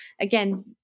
again